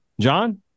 John